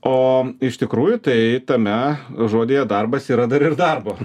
o iš tikrųjų tai tame žodyje darbas yra dar ir darbo